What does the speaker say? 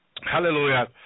hallelujah